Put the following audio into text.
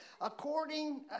according